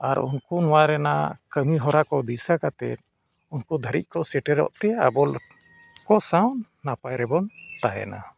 ᱟᱨ ᱩᱱᱠᱩ ᱱᱚᱣᱟ ᱨᱮᱱᱟᱜ ᱠᱟᱹᱢᱤ ᱦᱚᱨᱟ ᱠᱚ ᱫᱤᱥᱟᱹ ᱠᱟᱛᱮᱫ ᱩᱱᱠᱩ ᱫᱷᱟᱹᱨᱤᱡ ᱠᱚ ᱥᱮᱴᱮᱨᱚᱜ ᱛᱮ ᱟᱵᱚ ᱠᱚ ᱥᱟᱶ ᱱᱟᱯᱟᱭ ᱨᱮᱵᱚᱱ ᱛᱟᱦᱮᱱᱟ